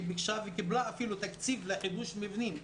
ביקשה וקיבלה אפילו תקציב לחידוש מבנים.